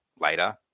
later